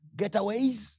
getaways